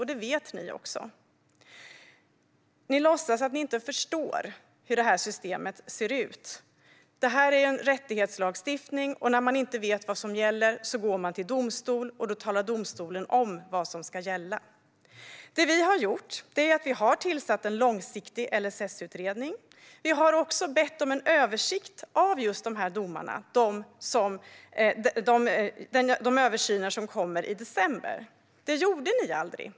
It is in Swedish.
Detta vet ni också. Ni låtsas som att ni inte förstår hur det här systemet ser ut. Detta är en rättighetslagstiftning. När man inte vet vad som gäller går man till domstol, och då talar domstolen om vad som ska gälla. Vi har tillsatt en långsiktig LSS-utredning. Vi har också bett om översyner av de här domarna, och dessa översyner kommer i december. Detta gjorde ni aldrig.